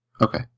Okay